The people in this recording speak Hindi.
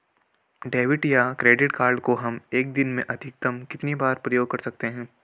डेबिट या क्रेडिट कार्ड को हम एक दिन में अधिकतम कितनी बार प्रयोग कर सकते हैं?